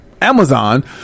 Amazon